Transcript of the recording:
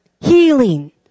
healing